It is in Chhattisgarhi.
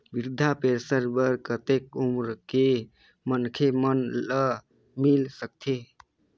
वृद्धा पेंशन बर कतेक उम्र के मनखे मन ल मिल सकथे?